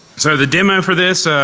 so the demo for this,